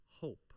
hope